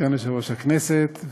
סגן יושב-ראש הכנסת,